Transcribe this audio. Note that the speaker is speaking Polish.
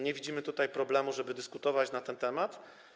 Nie widzimy problemu, żeby dyskutować na ten temat.